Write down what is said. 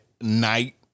night